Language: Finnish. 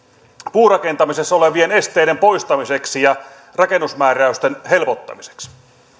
puurakentamisessa olevien esteiden poistamiseksi ja rakennusmääräysten helpottamiseksi